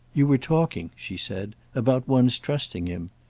you were talking, she said, about one's trusting him.